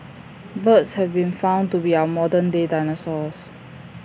birds have been found to be our modern day dinosaurs